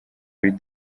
kuri